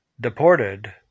deported